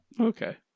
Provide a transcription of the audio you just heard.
Okay